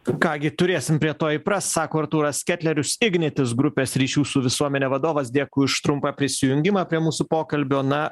ką gi turėsim prie to įprast sako artūras ketlerius ignitis grupės ryšių su visuomene vadovas dėkui už trumpą prisijungimą prie mūsų pokalbio na